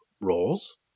roles